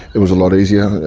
it was a lot easier.